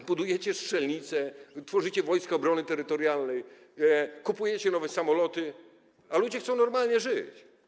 Wy budujecie strzelnice, tworzycie Wojska Obrony Terytorialnej, kupujecie nowe samoloty, a ludzie chcą normalnie żyć.